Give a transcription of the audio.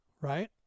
right